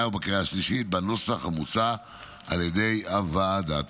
ובקריאה השלישית בנוסח המוצע על ידי הוועדה.